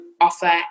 offer